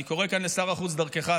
אני קורא לשר החוץ דרכך,